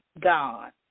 god